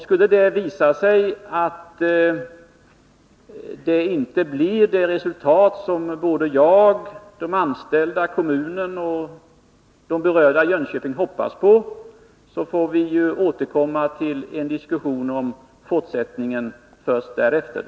Skulle det visa sig att resultatet inte blir sådant som jag, de anställda, kommunen och de berörda i Jönköpings län hoppas på, får vi ta en diskussion då.